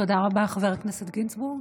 תודה רבה, חבר הכנסת גינזבורג.